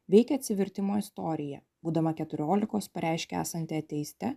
veikia atsivertimo istorija būdama keturiolikos pareiškė esanti ateisite